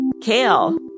kale